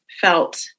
felt